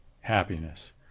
happiness